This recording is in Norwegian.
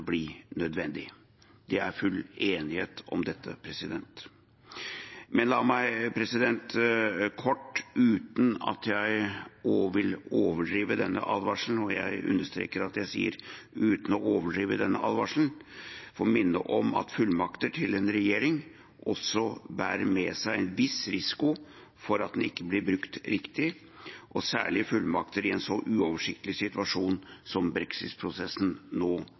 nødvendig. Det er full enighet om dette. Men la meg kort, uten at jeg vil overdrive denne advarselen – og jeg understreker at jeg sier uten å overdrive denne advarselen – få minne om at fullmakter til en regjering også bærer med seg en viss risiko for at de ikke blir brukt riktig, og særlig fullmakter i en så uoversiktlig situasjon som brexit-prosessen nå